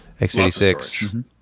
X86